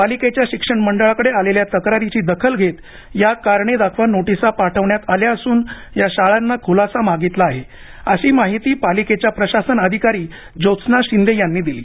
पालिकेच्या शिक्षण मंडळाकडे आलेल्या तक्रारीची दखल घेत या करणे दाखवा नोटिसा पाठवण्यात आल्या असून या शाळांना खुलासा मागितला आहे अशी माहिती पालिकेच्या प्रशासन अधिकारी जोत्स्ना शिंदे यांनी दिली